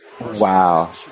Wow